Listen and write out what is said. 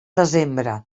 desembre